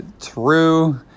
True